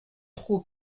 trop